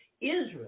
Israel